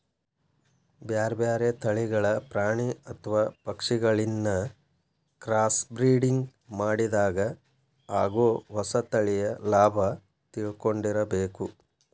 ಬ್ಯಾರ್ಬ್ಯಾರೇ ತಳಿಗಳ ಪ್ರಾಣಿ ಅತ್ವ ಪಕ್ಷಿಗಳಿನ್ನ ಕ್ರಾಸ್ಬ್ರಿಡಿಂಗ್ ಮಾಡಿದಾಗ ಆಗೋ ಹೊಸ ತಳಿಯ ಲಾಭ ತಿಳ್ಕೊಂಡಿರಬೇಕು